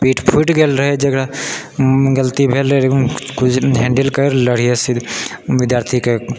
पीठ फूटि गेल रहए जेकरा गलती भेल रहए हैंडल कर लेने रहिए विद्यार्थीके